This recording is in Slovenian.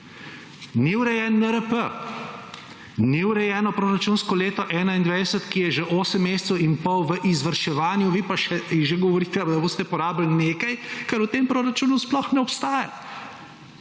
Ni urejen NRP, ni urejeno proračunsko leto 2021, ki je že osem mesecev in pol v izvrševanju, vi pa že govorite, da boste porabili nekaj, kar v tem proračunu sploh ne obstaja.